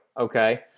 okay